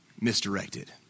misdirected